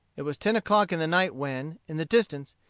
it was ten o'clock in the night when, in the distance,